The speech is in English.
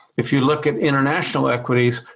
if you look at international equities,